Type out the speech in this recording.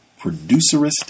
producerist